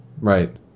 Right